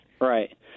Right